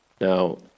Now